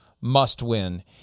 must-win